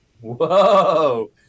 whoa